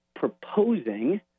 proposing